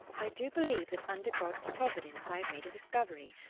i do believe that under god's providence i have made a discovery.